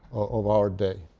of our day.